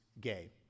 gay